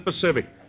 Pacific